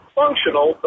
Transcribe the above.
functional